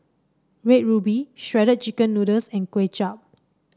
Red Ruby Shredded Chicken Noodles and Kway Chap